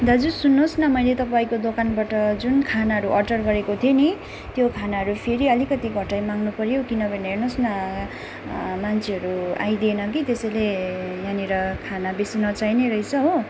दाजु सुन्नुहोस् न मैले तपाईँको दोकानबाट जुन खानाहरू अर्डर गरेको थिएँ नि त्यो खानाहरू फेरि अलिकति घटाइमाग्नु पऱ्यो किनभने हेर्नुहोस् न मान्छेहरू आइदिएन कि त्यसैले यहाँनिर खाना बेसी नचाहिने रहेछ हो